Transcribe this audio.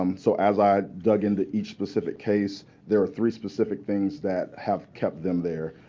um so as i dug into each specific case, there are three specific things that have kept them there.